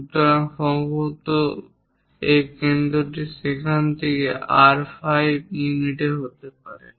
সুতরাং সম্ভবত এই কেন্দ্রটি সেখান থেকে এটি R5 ইউনিটে হতে পারে